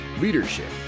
leadership